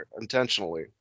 intentionally